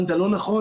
הבנת לא נכון.